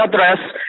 address